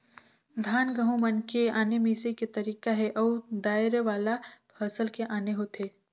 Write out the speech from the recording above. धान, गहूँ मन के आने मिंसई के तरीका हे अउ दायर वाला फसल के आने होथे